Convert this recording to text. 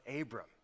Abram